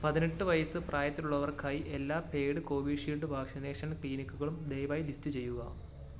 പതിനെട്ട് വയസ്സ് പ്രായത്തിലുള്ളവർക്കായി എല്ലാ പെയ്ഡ് കോവിഷീൽഡ് വാക്സിനേഷൻ ക്ളീനിക്കുകളും ദയവായി ലിസ്റ്റ് ചെയ്യുക